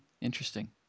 Interesting